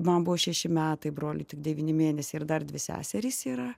man buvo šeši metai broliui tik devyni mėnesiai ir dar dvi seserys yra